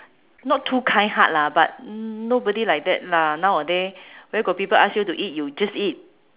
not too kind heart lah but nobody like that lah nowaday where got people ask you to eat you just eat